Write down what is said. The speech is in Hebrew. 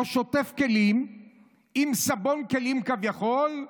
או שוטף כלים עם סבון כלים כביכול,